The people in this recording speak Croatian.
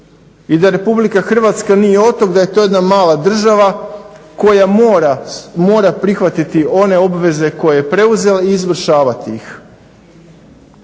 I da RH nije otok, da je to jedna mala država koja mora prihvatiti one obveze koje je preuzela i izvršavati ih.